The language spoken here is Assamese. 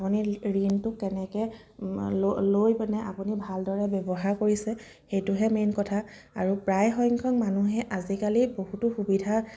আপুনি ঋণটো কেনেকৈ লৈপেনে আপুনি ভালদৰে ব্যৱহাৰ কৰিছে সেইটোহে মেইন কথা আৰু প্ৰায়সংখ্যক মানুহে আজিকালি বহুতো কথা